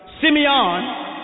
Simeon